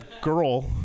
girl